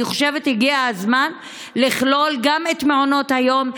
אני חושבת שהגיע הזמן לכלול גם את מעונות היום,